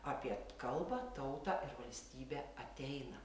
apie kalbą tautą ir valstybę ateina